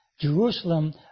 Jerusalem